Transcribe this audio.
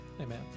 Amen